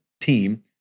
team